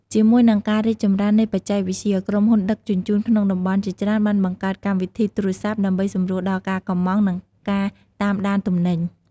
ជាមួយនឹងការរីកចម្រើននៃបច្ចេកវិទ្យា ក្រុមហ៊ុនដឹកជញ្ជូនក្នុងតំបន់ជាច្រើនបានបង្កើតកម្មវិធីទូរស័ព្ទដើម្បីសម្រួលដល់ការកម្ម៉ង់និងការតាមដានទំនិញ។